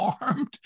armed